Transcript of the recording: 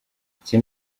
iki